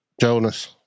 Jonas